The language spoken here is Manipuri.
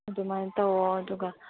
ꯑꯗꯨꯃꯥꯏꯅ ꯇꯧꯑꯣ ꯑꯗꯨꯒ